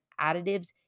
additives